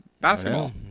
basketball